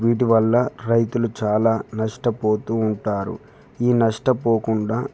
వీటి వల్ల రైతులు చాలా నష్టపోతూ ఉంటారు ఈ నష్టపోకుండా